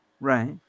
Right